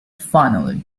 finally